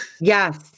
Yes